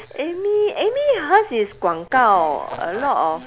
amy amy hers is 广告：guang gao a lot of